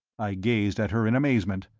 i gazed at her in amazement.